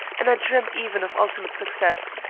and i dreamt even of ultimate success.